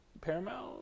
Paramount